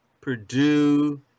Purdue